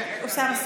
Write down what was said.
משה ארבל,